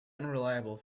unreliable